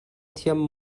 thiam